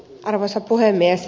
arvoisa puhemies